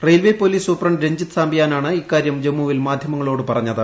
railway police superintendent Ranjith സാംബിയാനാണ് ഇക്കാര്യം ജമ്മുവിൽ മാധ്യമങ്ങളോട് പറഞ്ഞത്